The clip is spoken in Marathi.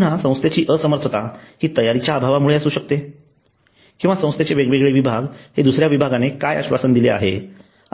पुन्हा संस्थेची असमर्थतता हि तयारीच्या अभावामुळे असू शकते किंवा संस्थेचे वेगवेगळे विभाग हे दुसऱ्या विभागाने काय आश्वासन दिले आहे